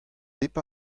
pep